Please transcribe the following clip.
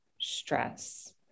stress